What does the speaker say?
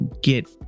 get